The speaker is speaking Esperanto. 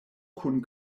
kun